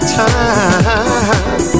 time